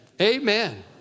Amen